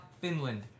Finland